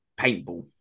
paintball